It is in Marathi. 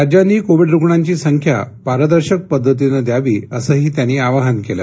राज्यांनी कोविड रुग्णांची संख्या पारदर्शक पद्धतीनं द्यावी असंही त्यांनी आवाहन केलं